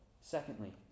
Secondly